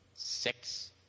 Six